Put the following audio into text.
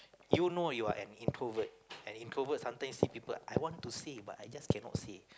you know you are an introvert and introvert sometimes see people I want to say but I just cannot say